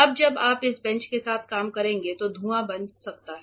अब जब आप इस बेंच के साथ काम करेंगे तो धुंआ बन सकता है